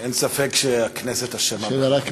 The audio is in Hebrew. אין ספק שהכנסת אשמה בכך.